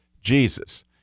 Jesus